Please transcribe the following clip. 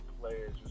players